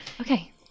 Okay